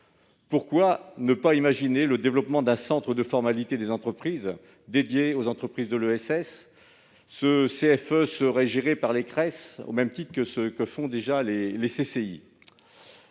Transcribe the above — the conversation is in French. pourquoi ne pas imaginer le développement d'un centre de formalité des entreprises dédié aux entreprises de l'ESS et géré par les Cress, à l'image de ce que font déjà les